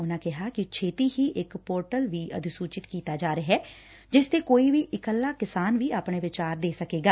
ਉਨੂਾ ਕਿਹਾ ਕਿ ਛੇਤੀ ਹੀ ਇਕ ਪੋਰਟਲ ਵੀ ਅਧੀਸੂਚਿਤ ਕੀਤਾ ਜਾ ਰਿਹੈ ਜਿਸ ਤੇ ਕੋਈ ਇਕੱਲਾ ਕਿਸਾਨ ਵੀ ਆਪਣੇ ਵਿਚਾਰ ਦੇ ਸਕੇਗਾ